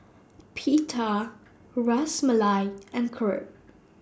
Pita Ras Malai and Crepe